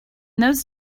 those